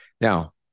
Now